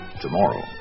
Tomorrow